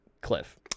cliff